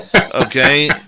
okay